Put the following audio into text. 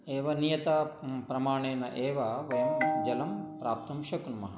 एव नियत प्रमाणेन एव वयं जलं प्राप्तुं शक्नुमः